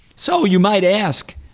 so you might ask,